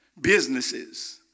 Businesses